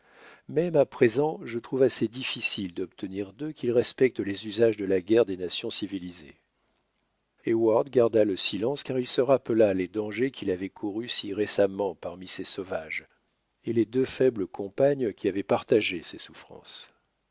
même à présent je trouve assez difficile d'obtenir d'eux qu'ils respectent les usages de la guerre des nations civilisées heyward garda le silence car il se rappela les dangers qu'il avait courus si récemment parmi ces sauvages et les deux faibles compagnes qui avaient partagé ses souffrances